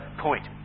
point